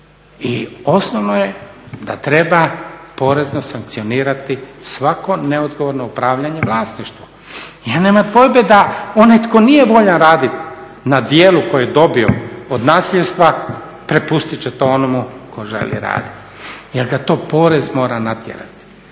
i osnovno je da treba porezno sankcionirati svako neodgovorno upravljanje vlasništvom. Jer nema dvojbe da onaj tko nije voljan raditi na djelu koji je dobio od nasljedstva prepustiti će to onomu tko želi raditi jer ga to porez mora natjerati.